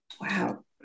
wow